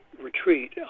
retreat